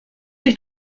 sich